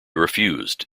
refused